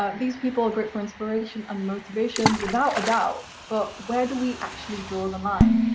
ah these people are great for inspiration and motivation, without a doubt, but where do we actually draw the line?